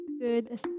good